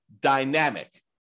dynamic